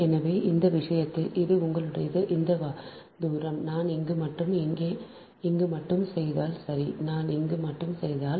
எனவே இந்த விஷயத்தில் இது உங்களுடைய இந்த தூரம் நான் இங்கு மட்டும் இங்கே மட்டும் செய்தால் சரி நான் இங்கு மட்டும் செய்தால்